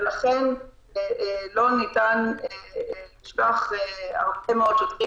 ולכן לא ניתן לשלוח הרבה מאוד שוטרים